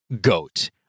goat